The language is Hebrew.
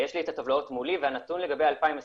ויש לי את הטבלאות מולי והנתון לגבי 2025